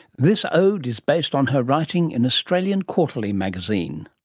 this ode is based on her writing in australian quarterly magazine.